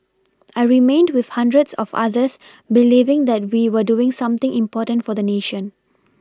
I remained with hundreds of others believing that we were doing something important for the nation